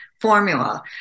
formula